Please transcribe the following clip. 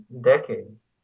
decades